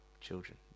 children